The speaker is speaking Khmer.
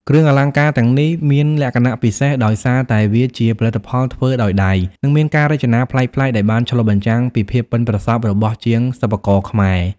គ្រឿងអលង្ការទាំងនេះមានលក្ខណៈពិសេសដោយសារតែវាជាផលិតផលធ្វើដោយដៃ និងមានការរចនាប្លែកៗ ដែលបានឆ្លុះបញ្ចាំងពីភាពប៉ិនប្រសប់របស់ជាងសិប្បករខ្មែរ។